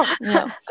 No